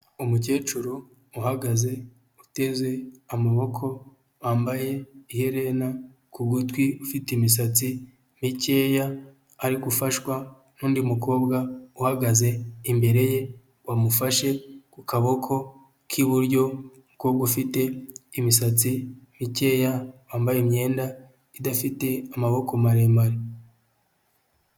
Umukecuru uhagaze uteze amaboko, wambaye iherena ku gutwi ufite imisatsi mikeya ari gufashwa n'undi mukobwa uhagaze imbere ye wamufashe ku kaboko k'iburyo umukobwa ufite imisatsi mikeya wambaye imyenda idafite amaboko maremare.